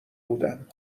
بودم